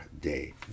day